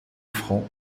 francs